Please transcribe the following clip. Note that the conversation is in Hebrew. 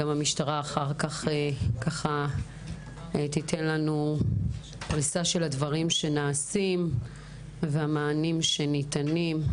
המשטרה גם תיתן לנו סקירה של הדברים שנעשים והמענים שניתנים.